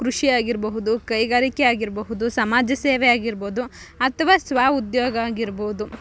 ಕೃಷಿಯಾಗಿರಬಹುದು ಕೈಗಾರಿಕೆ ಆಗಿರಬಹುದು ಸಮಾಜ ಸೇವೆಯಾಗಿರ್ಬೋದು ಅಥವಾ ಸ್ವಉದ್ಯೋಗ ಆಗಿರ್ಬೌದು